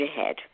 ahead